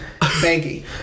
Banky